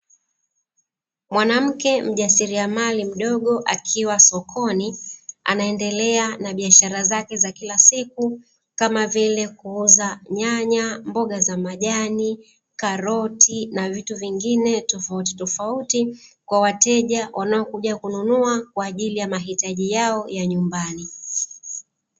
Mwanamke mjasiliamali mdogo akiwa sokoni, anaendelea na biashara zake za kila siku kama vile kuuza nyanya, mboga za majani, karoti na vitu vingine tofautitofauti, kwa wateja wanaokuja kununua kwa ajili ya mahitaji yao ya nyumbani.